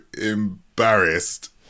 embarrassed